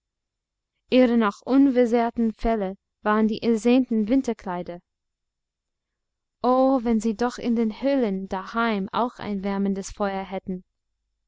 ihre noch unversehrten felle waren die ersehnten winterkleider oh wenn sie doch in den höhlen daheim auch ein wärmendes feuer hätten